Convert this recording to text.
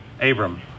Abram